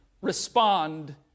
respond